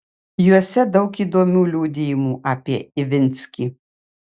juose daug įdomių liudijimų apie ivinskį